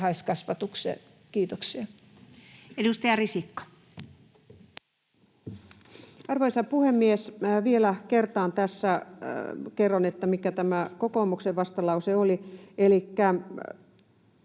varhaiskasvatukseen. — Kiitoksia. Edustaja Risikko. Arvoisa puhemies! Minä vielä kertaan tässä, kerron, mikä tämä kokoomuksen vastalause oli.